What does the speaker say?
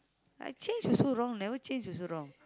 like change also wrong never change also wrong